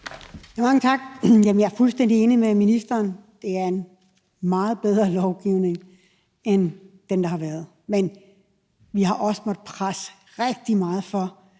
Mange tak. Jeg er fuldstændig enig med ministeren – det er en meget bedre lovgivning end den, der har været. Men vi har også måttet presse rigtig meget på,